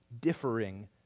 differing